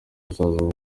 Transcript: hazaza